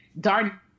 darn